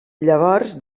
llavors